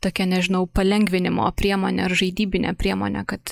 tokia nežinau palengvinimo priemone ar žaidybine priemone kad